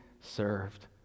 served